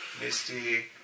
Misty